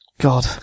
God